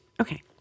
Okay